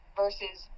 versus